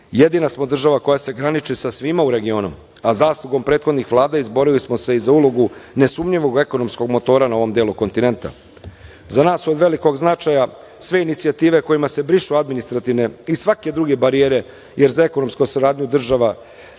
Jedina smo država koja se graniči sa svima u regionu, a zaslugom prethodnih vlada izborili smo se i za ulogu nesumnjivog ekonomskog motora na ovom delu kontinenta.Za nas su od velikog značaja sve inicijative kojima se brišu administrativne i svake druge barijere, jer za ekonomsku saradnju država ne